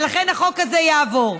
ולכן, החוק הזה יעבור.